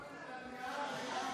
חבר הכנסת חילי טרופר.